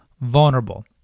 vulnerable